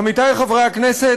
עמיתי חברי הכנסת,